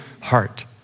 heart